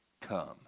come